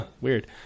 weird